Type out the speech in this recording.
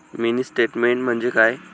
Mini statement म्हणजे काय?